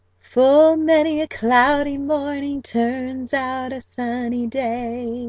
full many a cloudy morning turns out a sunny day,